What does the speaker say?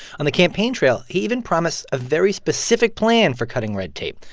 on the campaign trail, he even promised a very specific plan for cutting red tape,